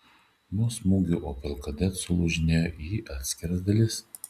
nuo smūgių opel kadett sulūžinėjo į atskiras dalis